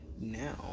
now